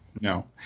No